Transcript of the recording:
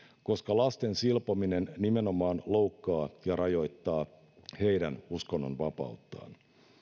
koska lasten silpominen nimenomaan loukkaa ja rajoittaa heidän uskonnonvapauttaan